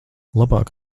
labāk